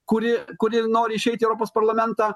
kuri kuri nori išeiti į europos parlamentą